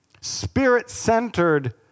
Spirit-centered